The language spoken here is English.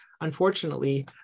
unfortunately